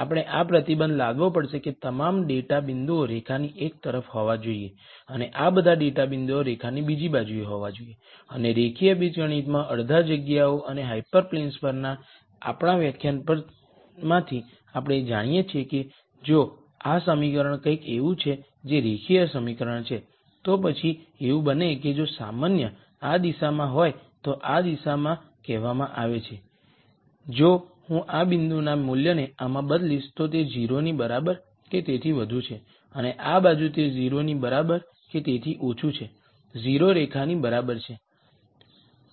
આપણે આ શરતો લગાવી પડશે કે આ તમામ ડેટા બિંદુઓ રેખાની એક તરફ હોવા જોઈએ અને આ બધા ડેટા બિંદુઓ રેખાની બીજી બાજુએ હોવા જોઈએ અને રેખીય બીજગણિતમાં અડધા જગ્યાઓ અને હાયપર પ્લેન્સ પરના આપણા વ્યાખ્યાનમાંથી આપણે જાણીએ છીએ કે જો આ સમીકરણ કંઈક એવું છે જે રેખીય સમીકરણ છે તો પછી એવું બને કે જો સામાન્ય આ દિશામાં હોય તો આ દિશા કહેવામાં આવે છે કે જો હું આ બિંદુના મૂલ્યને આમાં બદલીશ તો તે 0 ની બરાબર કે તેથી વધુ છે અને આ બાજુ તે 0 ની બરાબર તેથી ઓછું છે 0 રેખાની બરાબર છે